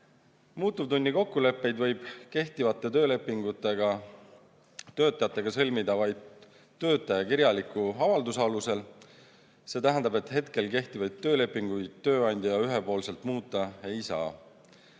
Muutuvtunni kokkuleppeid võib kehtivate töölepingutega töötajatega sõlmida vaid töötaja kirjaliku avalduse alusel. See tähendab, et hetkel kehtivaid töölepinguid tööandja ühepoolselt muuta ei saa.